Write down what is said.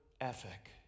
ethic